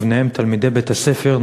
וביניהם תלמידי בית-הספר,